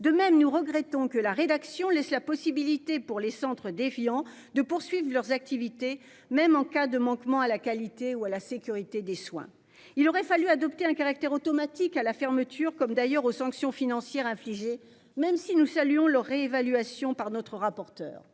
De même, nous regrettons que la rédaction laisse la possibilité pour les centres d'Évian de poursuivent leurs activités, même en cas de manquement à la qualité ou à la sécurité des soins. Il aurait fallu adopter un caractère automatique à la fermeture comme d'ailleurs aux sanctions financières infligées même si nous saluons leur réévaluation par notre rapporteur